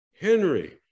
Henry